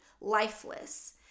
lifeless